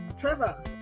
Trevor